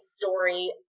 story